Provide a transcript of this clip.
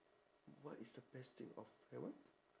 what is the best thing of have what